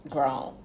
Grown